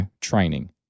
training